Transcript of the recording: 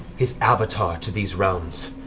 his avatar to these realms,